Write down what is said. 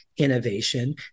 innovation